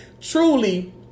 truly